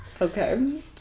Okay